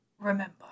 Remember